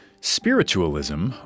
Spiritualism